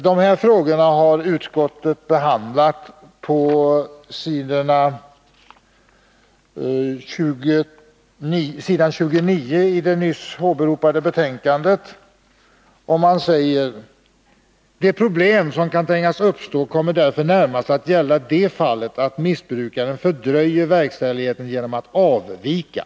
Dessa frågor behandlar utskottet på s. 29 i det nyss åberopade betänkandet. Utskottet säger där: ”De problem som kan tänkas uppstå kommer därför närmast att gälla det fall att missbrukaren fördröjer verkställigheten genom att avvika.